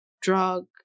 drug